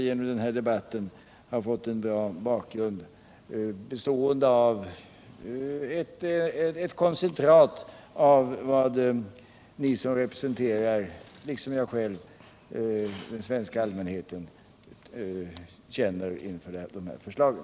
Genom den här debatten har jag fått en bra bakgrund, ett koncentrat av vad ni som, liksom jag själv, representerar den svenska allmänheten känner inför de här förslagen.